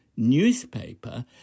newspaper